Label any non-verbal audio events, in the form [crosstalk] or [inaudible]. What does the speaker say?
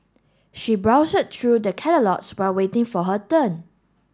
she [unintelligible] through the catalogues while waiting for her turn